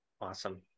Awesome